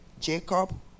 Jacob